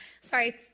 sorry